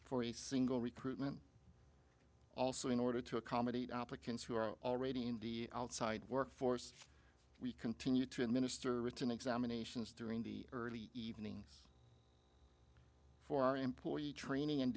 for a single recruitment also in order to accommodate applicants who are already in the outside workforce we continued to administer it in examinations during the early evenings for employee training and